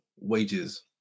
wages